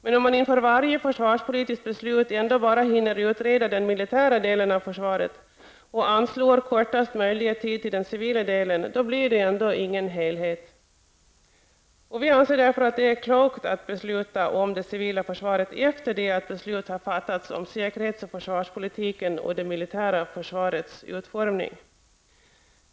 Men om man inför varje försvarspolitiskt beslut ändå bara hinner utreda den militära delen av försvaret och anslår kortaste möjliga tid till den civila delen, då blir det ändå ingen helhet. Vi anser därför att det är klokt att besluta om det civila försvaret efter det att beslut har fattats om säkerhets och försvarspolitiken samt det militära försvarets utformning.